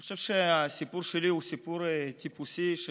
אני חושב שהסיפור שלי הוא סיפור טיפוסי של